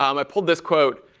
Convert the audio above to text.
um i pulled this quote,